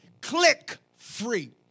Click-free